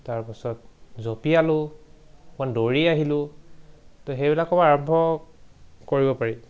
তাৰপাছত জঁপিয়ালো অকণমান দৌৰি আহিলোঁ তো সেইবিলাকৰ পা আৰম্ভ কৰিব পাৰি